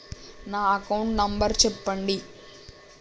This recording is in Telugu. నా అకౌంట్ నంబర్ చెప్పండి?